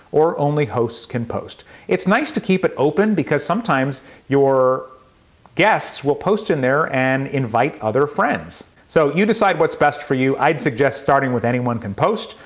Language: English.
or only hosts can post. it's nice to keep it open because sometimes your guests will post in there and invite other friends. so you decide what's best for you. i'd suggest staring with anyone can post,